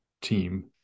team